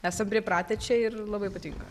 esam pripratę čia ir labai patinka